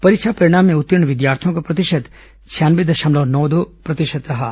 परीक्षा परिणाम में उत्तीर्ण विद्यार्थियों का प्रतिशत छियानवे दशमलव नौ दो प्रतिशत रहा है